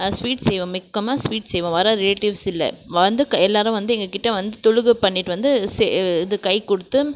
sweet செய்வோம் மெக்கமா sweets செய்வோம் வர ரிலேட்டிவ்ஸ் இல்லை வந்து எல்லோரும் வந்து எங்கள்கிட்ட வந்து தொழுகை பண்ணிவிட்டு வந்து இது கைகொடுத்து